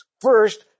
First